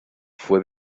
fue